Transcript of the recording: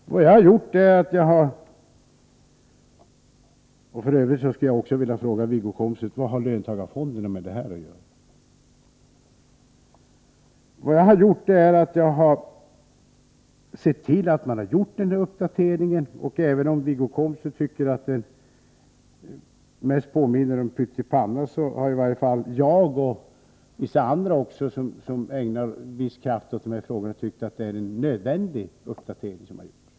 Vad gjorde han åt detta? Vad jag gjort är att jag sett till att denna uppdatering kommit till stånd. Även om Wiggo Komstedt tycker att den mest påminner om pyttipanna, har i varje fall jag och även vissa andra som ägnar en del kraft åt dessa frågor tyckt att detta är en nödvändig uppdatering.